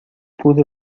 pude